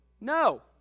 No